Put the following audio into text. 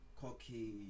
cocky